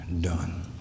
done